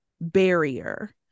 barrier